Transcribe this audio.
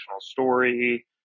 story